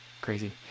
crazy